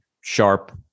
sharp